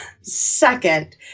second